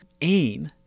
aim